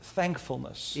thankfulness